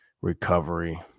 recovery